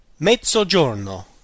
mezzogiorno